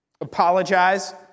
apologize